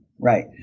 right